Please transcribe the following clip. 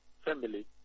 family